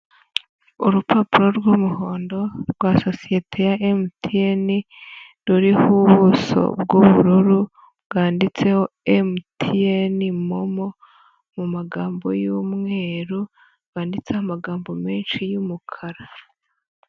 Urupapuro rw'umuhondo rwa soyiyete ya MTN, ruriho ubuso bw'ubururu bwanditseho MTN MOMO, mu magambo y'umweru; bwanditseho amagambo menshi y'umukara.